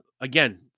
Again